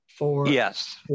Yes